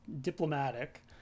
diplomatic